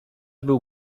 był